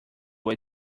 way